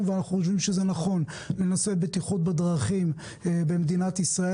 ואנחנו חושבים שזה נכון לנושא בטיחות בדרכים במדינת ישראל.